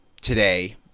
today